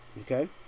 okay